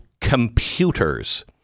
computers